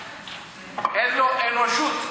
אין לו אנושיות.